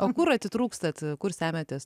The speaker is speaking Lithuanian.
o kur atitrūkstat kur semiatės